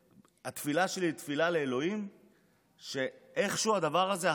התפילה שלי היא תפילה לאלוהים שאיכשהו הדבר הזה,